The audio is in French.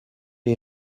est